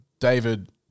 David